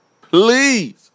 please